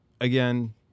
again